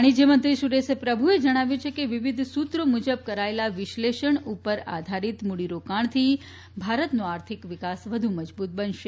વાણિજ્યમંત્રી સુરેશ પ્રભ્રએ જણાવ્યું છે કે વિવિધ સૂત્રો મુજબ કરાયેલા વિશ્લેષણ ઉપર આધારિત મૂડીરોકાણથી ભારતનો આર્થિક વિકાસ વધુ મજબૂત બનશે